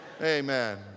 Amen